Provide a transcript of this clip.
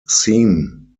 seam